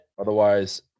Otherwise